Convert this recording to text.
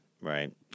right